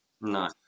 No